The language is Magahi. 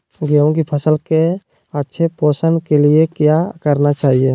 गेंहू की फसल के अच्छे पोषण के लिए क्या करना चाहिए?